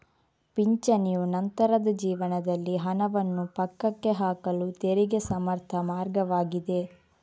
ಪಿಂಚಣಿಯು ನಂತರದ ಜೀವನದಲ್ಲಿ ಹಣವನ್ನು ಪಕ್ಕಕ್ಕೆ ಹಾಕಲು ತೆರಿಗೆ ಸಮರ್ಥ ಮಾರ್ಗವಾಗಿದೆ